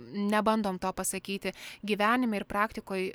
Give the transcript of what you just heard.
nebandom to pasakyti gyvenime ir praktikoj